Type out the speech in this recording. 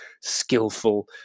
skillful